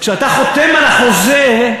כשאתה חותם על החוזה,